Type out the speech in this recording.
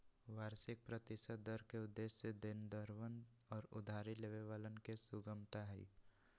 वार्षिक प्रतिशत दर के उद्देश्य देनदरवन और उधारी लेवे वालन के सुगमता हई